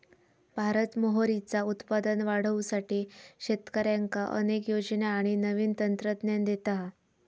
भारत मोहरीचा उत्पादन वाढवुसाठी शेतकऱ्यांका अनेक योजना आणि नवीन तंत्रज्ञान देता हा